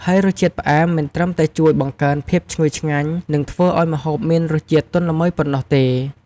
ហើយរសជាតិផ្អែមមិនត្រឹមតែជួយបង្កើនភាពឈ្ងុយឆ្ងាញ់ និងធ្វើឱ្យម្ហូបមានរសជាតិទន់ល្មើយប៉ុណ្ណោះទេ។